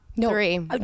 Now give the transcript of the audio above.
three